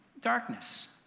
darkness